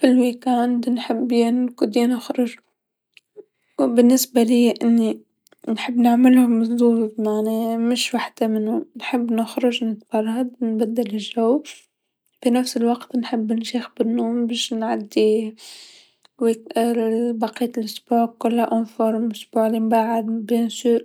في عطلة الأسبوع نحب يا نرقد يا نخرج و بالنسبه ليا أني نحب نعملهم لزوز معناها مش وحدا منهم، نحب نخرج نتفرهد نبدل الجو، في نفس الوقت نحب نشيخ بالنوم باش نعدي ويك- بقية الأسبوع في حاله جيدا الأسبوع لمبعد أكيد،